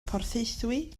porthaethwy